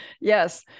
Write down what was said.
Yes